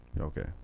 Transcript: okay